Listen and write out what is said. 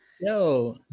yo